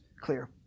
clear